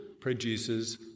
produces